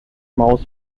maus